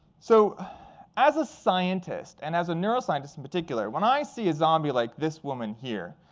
so as a scientist and as a neuroscientist, in particular, when i see a zombie like this woman here,